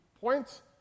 points